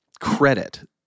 credit